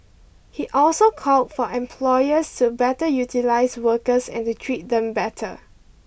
he also called for employers to better utilise workers and to treat them better